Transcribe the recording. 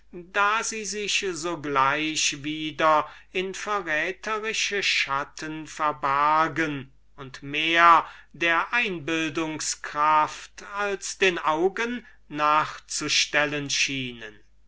da sie sich gleich wieder in verräterische schatten verbargen und der einbildungskraft noch mehr als den augen nachzustellen schienen